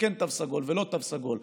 וכן תו סגול ולא תו סגול,